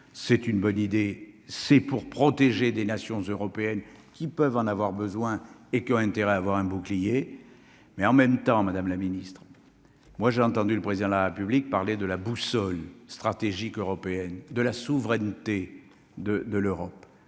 c'est une bonne idée, c'est pour protéger des nations européennes qui peuvent en avoir besoin et qui ont intérêt à avoir un bouclier, mais en même temps, Madame la Ministre, moi j'ai entendu le président de la République, parler de la boussole stratégique européenne de la souveraineté de de l'Europe,